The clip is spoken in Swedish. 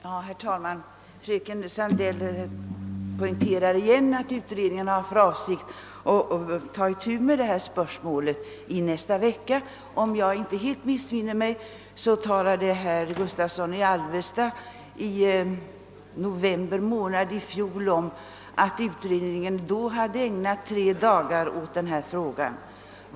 Herr talman! Fröken Sandell poängterar igen att pensionsförsäkringskommittén har för avsikt att ta itu med detta spörsmål i nästa vecka. Om jag inte helt missminner mig talade herr Gustavsson i Alvesta i november månad i fjol om att kommittén då hade ägnat tre dagar åt denna fråga.